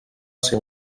ser